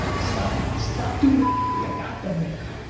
stop stop doing the that got them there.